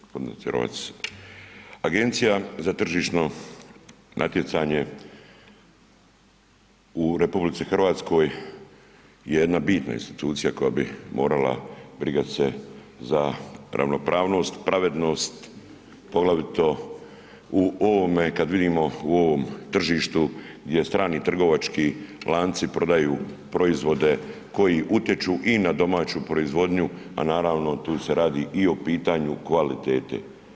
Gospodine Cerovac, Agencija za tržišno natjecanje u RH je jedna bitna institucija koja bi morala brigat se za ravnopravnost, pravednost poglavito u ovome, kad vidimo u ovom tržištu gdje strani trgovački lanci prodaju proizvode koji utječu i na domaću proizvodnju, a naravno tu se radi i o pitanju kvalitete.